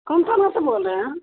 कौन सा भाषा बोल रहे हैं